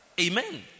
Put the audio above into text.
Amen